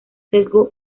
sesgo